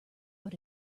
but